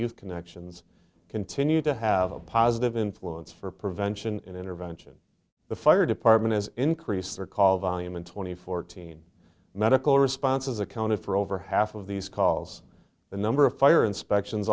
youth connections continue to have a positive influence for prevention and intervention the fire department is increase their call volume in two thousand and fourteen medical responses accounted for over half of these calls the number of fire inspections